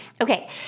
Okay